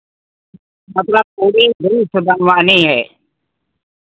मतलब पूरी ड्रेस बनवानी है